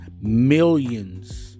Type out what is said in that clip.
Millions